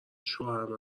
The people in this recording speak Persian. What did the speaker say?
شوهر